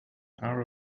power